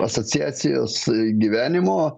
asociacijos gyvenimo